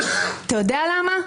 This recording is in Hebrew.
יודע למה?